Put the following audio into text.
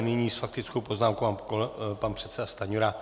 Nyní s faktickou poznámkou pan předseda Stanjura.